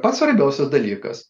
pats svarbiausias dalykas